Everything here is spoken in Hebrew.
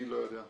אני לא יודע.